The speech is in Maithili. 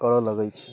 करय लगैत छी